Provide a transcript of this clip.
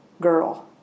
girl